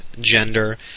gender